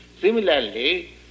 Similarly